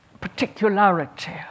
particularity